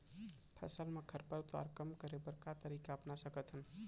फसल मा खरपतवार कम करे बर का तरीका अपना सकत हन?